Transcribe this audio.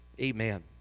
Amen